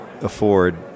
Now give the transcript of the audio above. afford